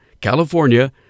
California